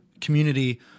community